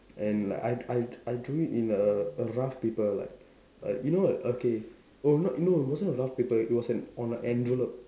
and like I I I drew it in a a rough paper like err you know like okay oh not no it wasn't a rough paper it was an on an envelope